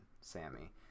Sammy